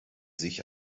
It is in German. sich